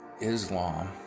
Islam